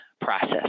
process